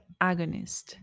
agonist